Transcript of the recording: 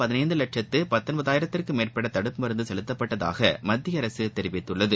பதினைந்துலட்சத்துபத்தொன்பதுஆயிரத்திற்கும் நேற்றமட்டும் மேற்பட்டதடுப்பு மருந்தசெலுத்தப்பட்டதாகமத்தியஅரசுதெரிவித்துள்ளது